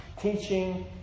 Teaching